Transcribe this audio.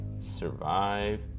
survive